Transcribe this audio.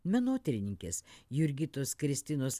menotyrininkės jurgitos kristinos